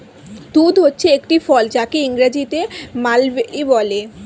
তুঁত হচ্ছে একটি ফল যাকে ইংরেজিতে মালবেরি বলে